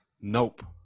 Nope